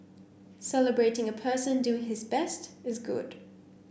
celebrating a person doing his best is good